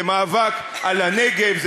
זה מאבק על הנגב,